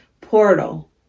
portal